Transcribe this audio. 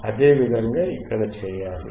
అదే విధముగా ఇక్కడ చేయాలి